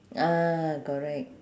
ah correct